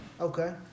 Okay